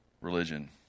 religion